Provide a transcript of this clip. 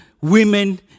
women